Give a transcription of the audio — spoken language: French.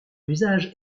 usage